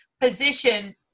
position